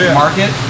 market